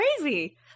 crazy